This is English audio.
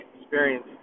experience